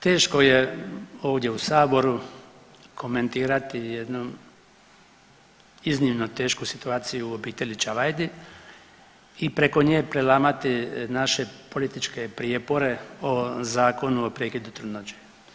Teško je ovdje u saboru komentirati jednu iznimno tešku situaciju u obitelji Čavajdi i preko nje prelamati naše političke prijepore o Zakonu o prekidu trudnoće.